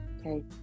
Okay